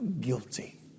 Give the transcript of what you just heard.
Guilty